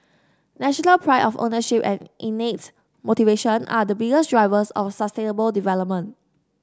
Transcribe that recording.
national pride of ownership and innate motivation are the biggest drivers of sustainable development